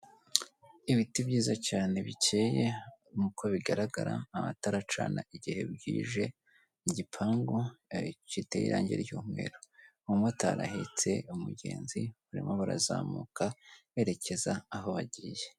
Ibiti byiza cyane bikeye nk'uko bigaragara, amatara aracana igihe bwije igipangu giteye irangi ry'umweru, umumotari ahetse umugenzi barimo barazamuka berekeza aho bagiye.